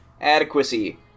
Adequacy